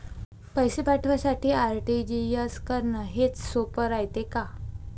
पैसे पाठवासाठी आर.टी.जी.एस करन हेच सोप रायते का?